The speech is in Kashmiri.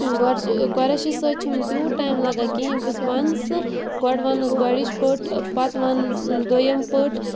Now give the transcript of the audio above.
گۄڈٕ چھِ قۄریشی سۭتۍ چھُن تیوٗت ٹایم لَگان کِہیٖنۍ بہٕ چھَس وَنہٕ سُہ گۄڈٕ وَنَس گۄڈِچ پٔٹ پَتہٕ وَنہٕ دوٚیِم پٔٹ